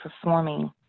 performing